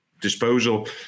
disposal